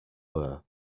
were